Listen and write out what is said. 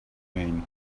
mean